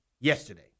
yesterday